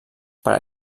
per